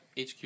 HQ